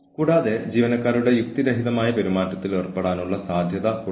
കൂടാതെ നിങ്ങൾക്ക് തിരുത്തൽ കൌൺസിലിംഗും പരിഹാര നടപടികളും സ്വീകരിക്കാം